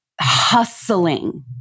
hustling